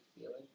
feeling